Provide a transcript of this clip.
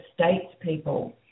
statespeople